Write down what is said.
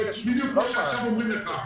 בדיוק כמו שעכשיו אומרים לך,